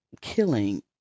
killing